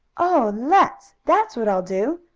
oh, let's! that's what i'll do!